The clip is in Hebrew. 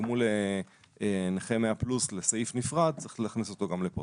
תגמול נכה 100 פלוס לסעיף נפרד צריך להכניס אותו גם לפה.